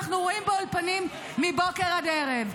-- אנחנו רואים באולפנים מבוקר עד ערב.